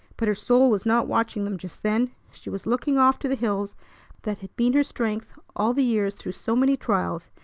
but her soul was not watching them just then. she was looking off to the hills that had been her strength all the years through so many trials,